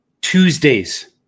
Tuesdays